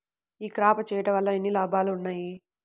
ఈ క్రాప చేయుట వల్ల ఎన్ని లాభాలు ఉన్నాయి?